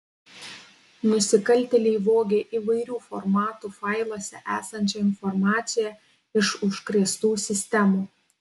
nusikaltėliai vogė įvairių formatų failuose esančią informaciją iš užkrėstų sistemų